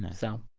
and so.